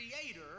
creator